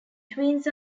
twins